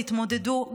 תתמודדו,